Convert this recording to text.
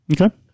Okay